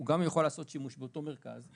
הוא גם יוכל לעשות שימוש באותו מרכז.